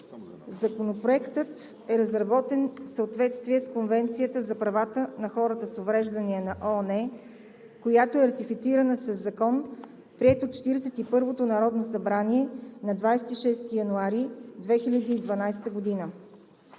Законопроектът е разработен в съответствие с Конвенцията за правата на хората с увреждания на ООН, която е ратифицирана със закон, приет от 41-ото народно събрание на 26 януари 2012 г.